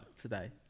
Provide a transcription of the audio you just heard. Today